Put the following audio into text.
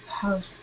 house